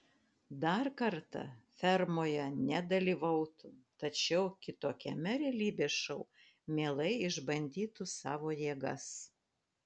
dar kartą fermoje nedalyvautų tačiau kitokiame realybės šou mielai išbandytų savo jėgas